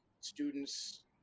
students